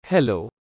Hello